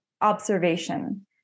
observation